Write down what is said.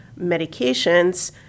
medications